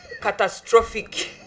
catastrophic